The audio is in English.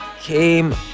came